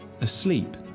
asleep